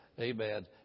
Amen